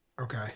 Okay